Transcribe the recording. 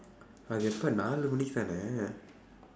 அது எப்ப நாழு மணிக்கு தானே:athu eppa naazhu manikku thaanee